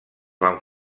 van